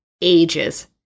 ages